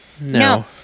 No